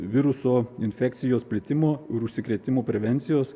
viruso infekcijos plitimo ir užsikrėtimo prevencijos